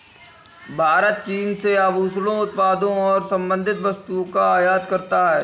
भारत चीन से आभूषण उत्पादों और संबंधित वस्तुओं का आयात करता है